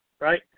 Right